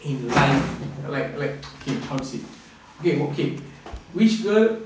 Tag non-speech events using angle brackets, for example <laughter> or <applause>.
in life like like <noise> how to say okay okay which girl